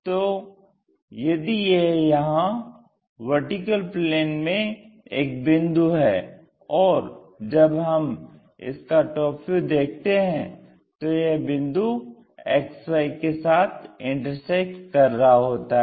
तो यदि यह यहां VP में एक बिंदु है और जब हम इसका टॉप व्यू देखते हैं तो यह बिंदु XY के साथ इंटरसेक्ट कर रहा है